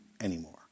anymore